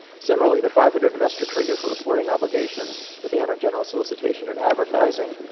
similarly, the five hundred investor trigger for reporting obligations, the ban on general solicitation in advertising,